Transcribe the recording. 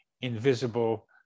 invisible